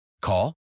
Call